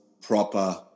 proper